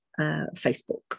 Facebook